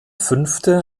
fünfte